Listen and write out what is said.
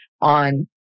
on